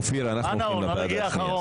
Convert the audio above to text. אופיר, אנחנו הולכים לוועדה השנייה.